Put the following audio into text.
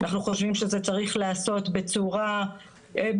אנחנו חושבים שזה צריך להיעשות בצורה ממוחשבת,